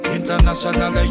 International